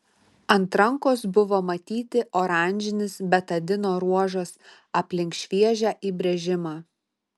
ant rankos buvo matyti oranžinis betadino ruožas aplink šviežią įbrėžimą